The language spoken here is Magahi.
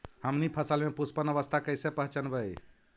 हमनी फसल में पुष्पन अवस्था कईसे पहचनबई?